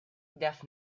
darf